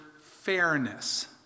fairness